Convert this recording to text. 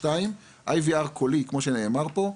דבר שני, IVR קולי כמו שנאמר פה,